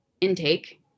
intake